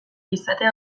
izatea